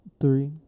Three